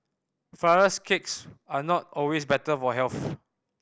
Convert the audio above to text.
flours cakes are not always better for health